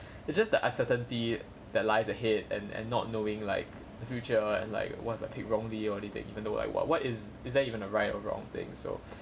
it's just that uncertainty that lies ahead and and not knowing like the future like what if I picked wrongly or anything even though I what what is is there even a right or wrong thing so